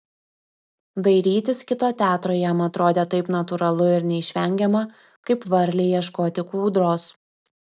dairytis kito teatro jam atrodė taip natūralu ir neišvengiama kaip varlei ieškoti kūdros